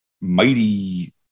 mighty